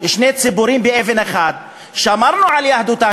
שתי ציפורים באבן אחת: שמרנו על יהדותה